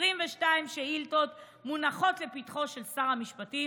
22 שאילתות מונחות לפתחו של שר המשפטים,